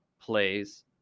plays